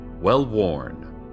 well-worn